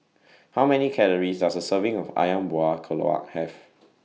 How Many Calories Does A Serving of Ayam Buah Keluak Have